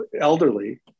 elderly